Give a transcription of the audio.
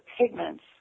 pigments